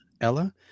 Ella